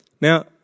Now